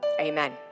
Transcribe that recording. Amen